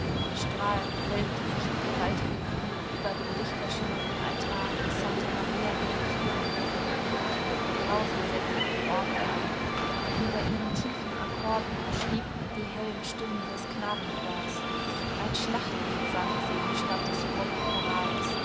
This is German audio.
strahlend wölbte sich die gewaltige kuppel über dem lichterschimmernden altar santa maria del fiore brausend setzte die orgel ein über ihren tiefen akkorden schwebten die hellen stimmen des knabenchors ein schlachtlied sangen sie statt des frommen